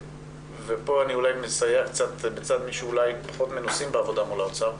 ופה אני אולי מסייע קצת לצד מי שפחות מנוסים בעבודה מול האוצר,